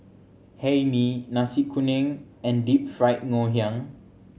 Hae Mee Nasi Kuning and Deep Fried Ngoh Hiang